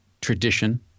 tradition